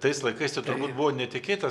tais laikais tai turbūt buvo netikėtas